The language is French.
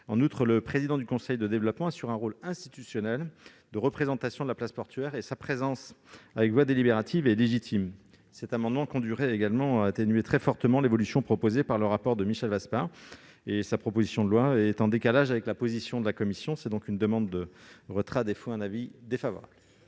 En outre, le président du conseil de développement assure un rôle institutionnel de représentation de la place portuaire : sa présence, avec voix délibérative, est donc légitime. L'amendement conduirait également à atténuer très fortement l'évolution proposée dans le rapport de Michel Vaspart, d'où un décalage avec la position de la commission. Je demande donc le retrait de l'amendement